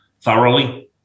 thoroughly